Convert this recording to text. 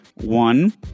one